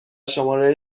شماره